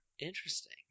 Interesting